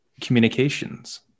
communications